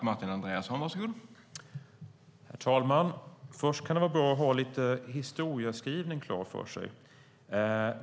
Herr talman! Det kan vara bra att lite grann ha historieskrivningen klar för sig.